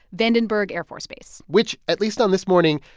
vandenberg air force base which, at least on this morning,